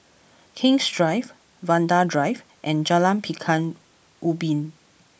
King's Drive Vanda Drive and Jalan Pekan Ubin